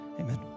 Amen